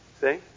See